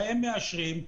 להם מאשרים.